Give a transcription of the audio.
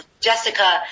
Jessica